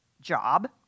job